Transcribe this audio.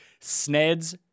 sneds